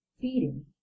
feeding